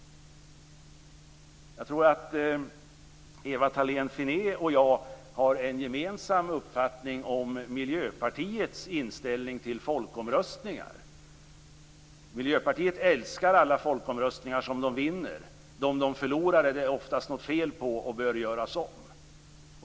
Jag tror att Eva Thalén Finné och jag har en gemensam uppfattning om Miljöpartiets inställning till folkomröstningar. Miljöpartiet älskar alla folkomröstningar som de vinner. De som de förlorar är det oftast något fel på och bör göras om.